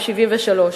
ב-1973,